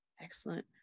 Excellent